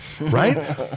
right